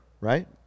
right